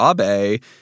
Abe